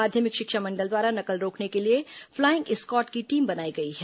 माध्यमिक शिक्षा मंडल द्वारा नकल रोकने के लिए फ्लाइंग स्क्वाड की टीम बनाई गई है